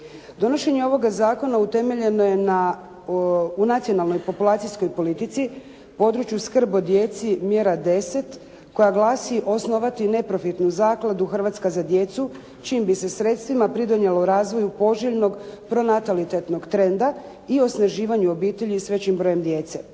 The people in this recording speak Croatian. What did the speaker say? Donošenje ovoga zakona utemeljeno je u nacionalnoj populacijskoj politici, području Skrb o djeci, mjera 10, koja glasi: "osnovati neprofitnu zakladu "Hrvatska za djecu" čijim bi se sredstvima pridonijelo razvoju poželjnog pronatalitetnog trenda i osnaživanju obitelji s većim brojem djece".